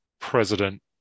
president